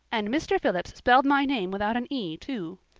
and mr. phillips spelled my name without an e, too.